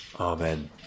amen